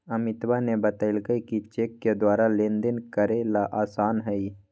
अमितवा ने बतल कई कि चेक के द्वारा लेनदेन करे ला आसान हई